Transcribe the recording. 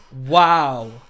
Wow